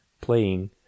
playing